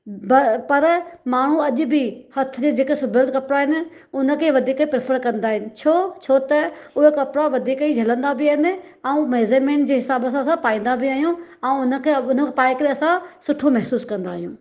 पर माण्हू अॼु बि हथु जे जेका सिबियल कपिड़ा आहिनि हुन खे वधीक प्रैफर कंदा आहिनि छो छो त उहे कपिड़ा वधीक ई झलंदा बि आहिनि ऐं मेज़र्मैंट जे हिसाब सां असां पाईंदा बि आहियूं ऐं हुनखे हिकदमि पाए करे असां सुठो महिसूसु कंदा आहियूं